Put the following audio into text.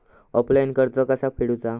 Offline कर्ज कसा फेडूचा?